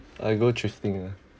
I go thrifting